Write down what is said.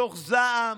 מתוך זעם.